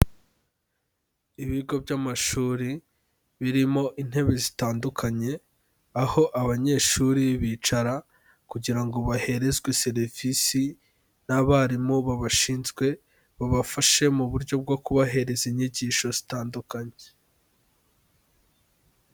Ibigo by'amashuri birimo intebe zitandukanye aho abanyeshuri bicara kugira ngo baherezwe serivisi n'abarimu babashinzwe, babafashe mu buryo bwo kubahereza inyigisho zitandukanye.